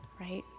right